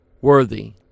Worthy